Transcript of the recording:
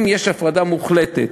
אם יש הפרדה מוחלטת,